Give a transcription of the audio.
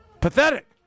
Pathetic